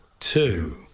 Two